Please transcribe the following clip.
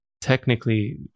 technically